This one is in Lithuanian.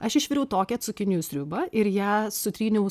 aš išviriau tokia cukinijų sriuba ir ją sutryniau